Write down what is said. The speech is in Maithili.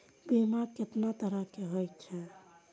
बीमा केतना तरह के हाई छै?